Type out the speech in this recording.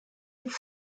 its